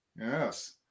Yes